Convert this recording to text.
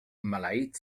maleït